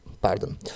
Pardon